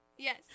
yes